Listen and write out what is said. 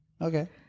Okay